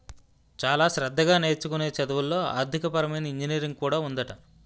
చాలా శ్రద్ధగా నేర్చుకునే చదువుల్లో ఆర్థికపరమైన ఇంజనీరింగ్ కూడా ఉందట